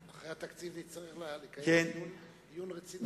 אחרי התקציב נצטרך לקיים דיון רציני.